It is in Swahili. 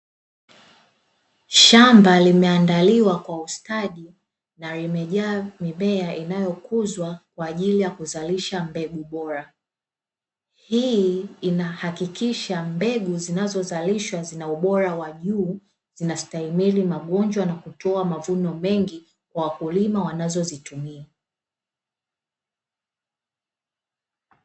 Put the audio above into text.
Shamba limeandaliwa kwa ustadi na limejaa mimea, inayokuzwa kwa ajili ya kuzalisha mbegu bora, hii inahakikisha mbegu zinazozalishwa zina ubora wa juu, zinastahimili magonjwa na kutoa mavuno mengi kwa wakulima wanazozitumia.